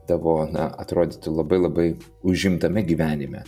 tavo na atrodyti labai labai užimtame gyvenime